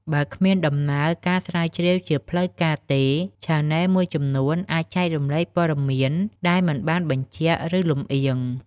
បើគ្មានដំណើរការស្រាវជ្រាវជាផ្លូវការទេ ឆានែលមួយចំនួនអាចចែករំលែកព័ត៌មានដែលមិនបានបញ្ជាក់ ឬលំអៀង។